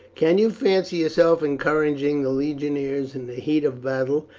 can you fancy yourself encouraging the legionaries in the heat of battle,